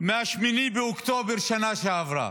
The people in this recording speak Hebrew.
מ-8 באוקטובר בשנה שעברה.